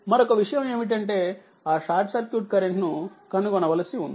మరొక విషయం ఏమిటంటే ఆ షార్ట్సర్క్యూట్ కరెంట్నుకనుగొనవలసి ఉంది